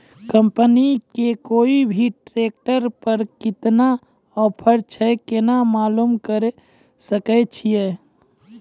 Company के कोय भी ट्रेक्टर पर केतना ऑफर छै केना मालूम करऽ सके छियै?